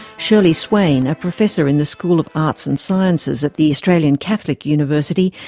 shurlee swain, a professor in the school of arts and sciences at the australian catholic university,